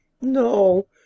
No